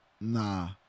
Nah